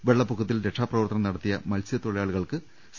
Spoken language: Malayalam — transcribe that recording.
വെള്ളപ്പൊക്കത്തിൽ രക്ഷാപ്രവർത്തനം നട ത്തിയ മത്സ്യത്തൊഴിലാളികൾക്ക് സി